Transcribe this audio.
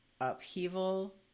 upheaval